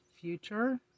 future